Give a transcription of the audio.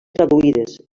traduïdes